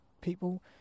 people